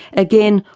again,